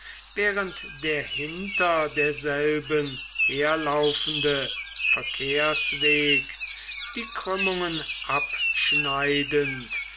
während der hinter derselben herlaufende verkehrsweg die krümmungen abschneidend